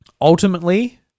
ultimately